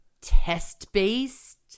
test-based